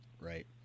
Right